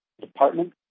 department